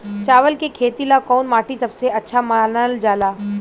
चावल के खेती ला कौन माटी सबसे अच्छा मानल जला?